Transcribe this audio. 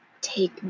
take